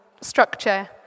structure